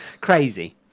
Crazy